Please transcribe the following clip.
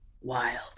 wild